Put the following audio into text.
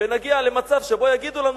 ונגיע למצב שבו יגידו לנו,